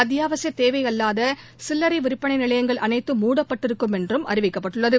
அத்தியாவசிய தேவை அல்லாத சில்லரை விற்பனை நிலையங்கள் அனைத்தும் மூடப்பட்டிருக்கும் என்று அறிவிக்கப்பட்டுள்ளது